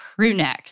crewnecks